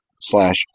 slash